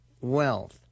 wealth